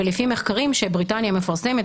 ולפי מחקרים שבריטניה מפרסמת,